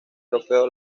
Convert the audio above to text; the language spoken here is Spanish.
trofeo